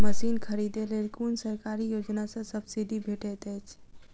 Machine खरीदे लेल कुन सरकारी योजना सऽ सब्सिडी भेटैत अछि?